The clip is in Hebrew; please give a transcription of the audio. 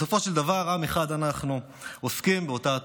בסופו של דבר, עם אחד אנחנו, עוסקים באותה התורה.